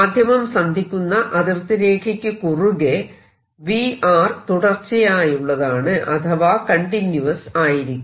മാധ്യമം സന്ധിക്കുന്ന അതിർത്തി രേഖയ്ക്ക് കുറുകെ V തുടർച്ചയായുള്ളതാണ് അഥവാ കണ്ടിന്യൂവസ് ആയിരിക്കും